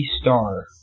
Star